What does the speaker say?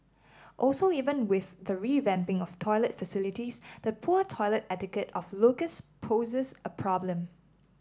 also even with the revamping of toilet facilities the poor toilet etiquette of locals poses a problem